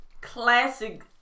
classic